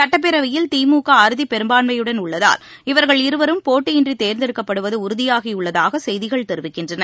சட்டப்பேரவையில் திமுக அறுதிப்பெரும்பான்மையுடன் உள்ளதால் இவர்கள் இருவரும் போட்டியின்றி தேர்ந்தெடுக்கப்படுவது உறுதியாகியுள்ளதாக செய்திகள் தெரிவிக்கின்றன